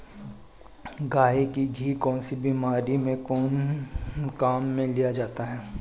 गाय का घी कौनसी बीमारी में काम में लिया जाता है?